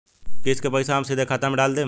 किस्त के पईसा हम सीधे खाता में डाल देम?